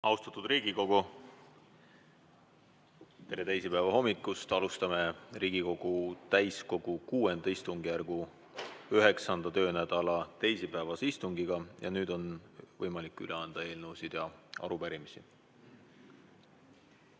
Austatud Riigikogu, tere teisipäeva hommikust! Alustame Riigikogu täiskogu VI istungjärgu üheksanda töönädala teisipäevast istungit. Nüüd on võimalik üle anda eelnõusid ja arupärimisi.